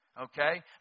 okay